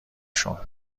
شون